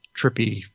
trippy